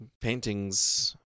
Paintings